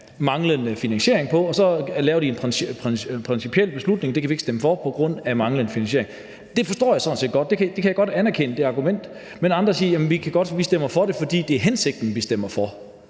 manglende finansiering, og så laver de en principiel beslutning om, at det kan de ikke stemme for på grund af manglende finansiering. Det forstår jeg sådan set godt. Det argument kan jeg godt anerkende. Men andre siger, at de stemmer for det, fordi det er hensigten, de stemmer for.